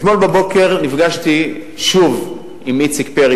אתמול בבוקר נפגשתי שוב עם איציק פרי,